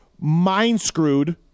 mind-screwed